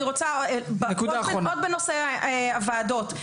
עוד בנושא הוועדות,